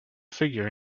figure